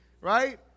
right